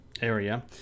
area